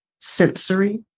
sensory